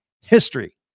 history